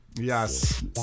Yes